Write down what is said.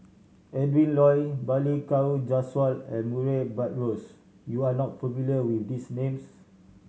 Adrin Loi Balli Kaur Jaswal and Murray Buttrose You are not familiar with these names